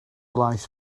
laeth